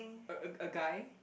a a a guy